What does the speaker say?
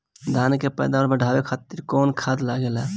धान के पैदावार बढ़ावे खातिर कौन खाद लागेला?